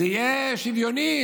זה יהיה שוויוני,